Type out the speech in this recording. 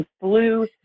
blue